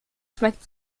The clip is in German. schmeckt